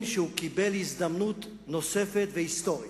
שהוא קיבל הזדמנות נוספת והיסטורית,